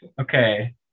Okay